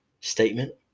statement